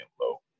Low